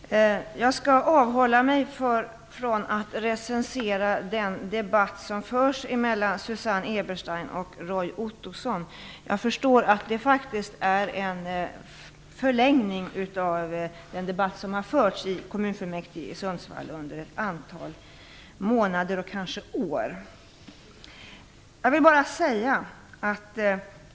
Fru talman! Jag skall avhålla mig från att recensera den debatt som förs mellan Susanne Eberstein och Roy Ottosson. Jag förstår att det faktiskt är en förlängning av den debatt som förts i kommunfullmäktige i Sundsvall under ett antal månader, kanske år.